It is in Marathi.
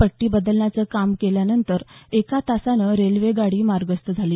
पट्टी बदलण्याचं काम केल्यानंतर एक तासाने रेल्वेगाडी मार्गस्थ झाली